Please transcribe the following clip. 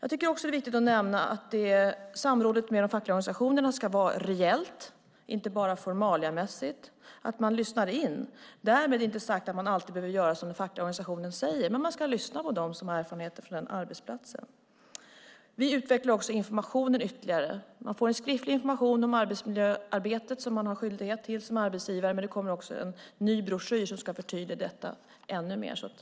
Jag tycker också att det är viktigt att nämna att samrådet med de fackliga organisationerna ska vara reellt, inte bara formaliamässigt, och att man lyssnar in. Därmed inte sagt att man alltid måste göra som den fackliga organisationen säger, men man ska lyssna på dem som har erfarenheter från den arbetsplatsen. Vi utvecklar också informationen ytterligare. Man får en skriftlig information om arbetsmiljöarbetet som man har skyldighet till som arbetsgivare. Det kommer också en ny broschyr som ska förtydliga detta ännu mer.